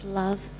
love